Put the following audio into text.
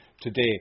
today